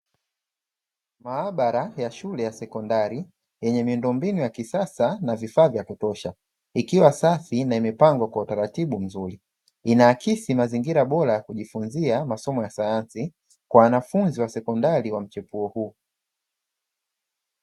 Maabara ya shule ya sekondari yenye miundombinu ya kisasa na vifaa vya kutosha, ikiwa safi na imepangwa kwa utaratibu mzuri. Inaakisi mazingira bora ya kujifunzia masomo ya sayansi, kwa wanafunzi wa sekondari wa mchepuo huu.